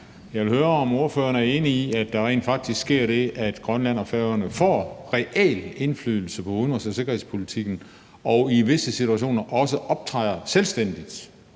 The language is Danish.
Jeg vil høre, om ordføreren er enig i, at der rent faktisk sker det, at Grønland og Færøerne får reel indflydelse på udenrigs- og sikkerhedspolitikken og i visse situationer også optræder selvstændigt,